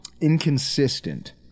inconsistent